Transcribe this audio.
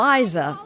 Liza